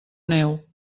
neu